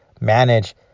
manage